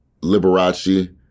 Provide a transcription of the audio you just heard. Liberace